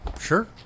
sure